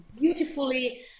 beautifully